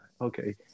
Okay